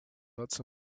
lots